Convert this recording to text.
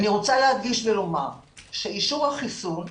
אני רוצה להדגיש ולומר שאישור החירום,